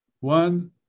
One